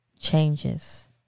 changes